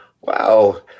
wow